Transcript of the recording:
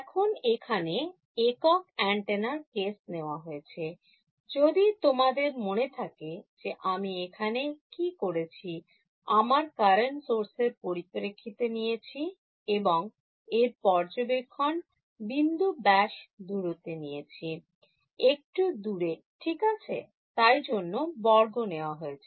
এখন এখানে একক অ্যান্টেনার কেস নেওয়া হয়েছে যদি তোমাদের মনে থাকে যে আমি এখানে কি করেছি আমার কারেন্ট সোর্স এর পরিপ্রেক্ষিতে নিয়েছি এবং এর পর্যবেক্ষণ বিন্দু ব্যাস দূরত্বে নিয়েছি একটু দূরে ঠিক আছে তাই জন্য বর্গ নেওয়া হয়েছে